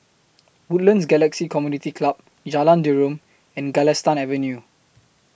Woodlands Galaxy Community Club Jalan Derum and Galistan Avenue